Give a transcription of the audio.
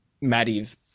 Maddie's